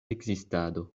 ekzistado